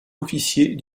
officier